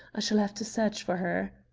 i shall have to search for her.